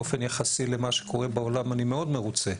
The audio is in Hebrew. באופן יחסי למה שקורה בעולם אני מאוד מרוצה,